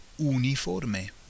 uniforme